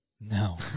No